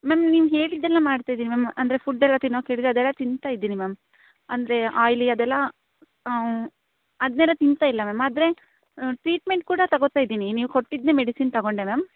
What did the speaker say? ma'am ನೀವು ಹೇಳಿದ್ದೆಲ್ಲ ಮಾಡ್ತಾಯಿದೀನಿ ಮ್ಯಾಮ್ ಅಂದರೆ ಫುಡ್ಡೆಲ್ಲ ತಿನ್ನೋಕ್ಕೆ ಹೇಳಿದ್ದಿರಿ ಅದೆಲ್ಲ ತಿಂತಾಯಿದೀನಿ ಮ್ಯಾಮ್ ಅಂದ್ರೆ ಆಯ್ಲಿ ಅದೆಲ್ಲ ಅದನ್ನೆಲ್ಲ ತಿಂತಾಯಿಲ್ಲ ಮ್ಯಾಮ್ ಆದರೆ ಟ್ರೀಟ್ಮೆಂಟ್ ಕೂಡ ತೊಗೊತ ಇದ್ದೀನಿ ನೀವು ಕೊಟ್ಟಿದ್ದನ್ನೆ ಮೆಡಿಸಿನ್ ತೊಗೊಂಡೆ ಮ್ಯಾಮ್